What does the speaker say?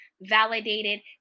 validated